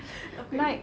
要被